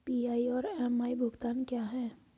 PI और MI भुगतान क्या हैं?